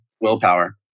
Willpower